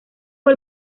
fue